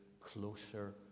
closer